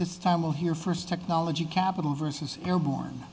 this time we'll hear first technology capital versus airborne